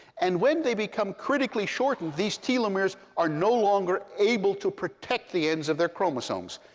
and when they become critically shortened, these telomeres are no longer able to protect the ends of their chromosomes,